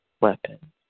weapon